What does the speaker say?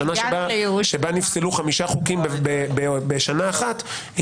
השנה שבה נפסלו חמישה חוקים בשנה אחת,